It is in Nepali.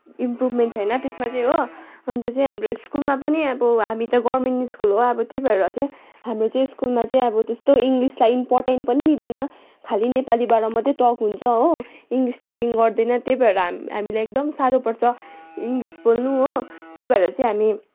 इम्प्रुवमेन्ट छैन त्यसमा चाहिँ हो अनि त चाहिँ हाम्रो स्कुलमा पनि अब हामी त गभर्मेन्ट स्कुल हो अब त्यही भएर चाहिँ हाम्रो चाहिँ स्कुलमा चाहिँ अब त्यस्तो इङ्गलिसलाई इम्पोर्टेन्ट पनि दिँदैन खालि नेपालीबाट मात्रै टक हुन्छ हो इङ्गलिस टकिङ गर्दैन त्यही भएर हाम हामीलाई एकदम साह्रो पर्छ इङ्गलिस बोल्नु हो त्यही भएर चाहिँ हामी